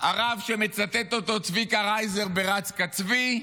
הרב שמצטט אותו, צביקה רייזמן, ב"רץ כצבי".